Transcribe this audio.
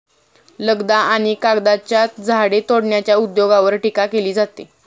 लगदा आणि कागदाच्या झाडे तोडण्याच्या उद्योगावर टीका केली जाते